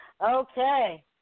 Okay